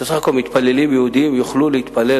שמתפללים יהודים יוכלו להתפלל,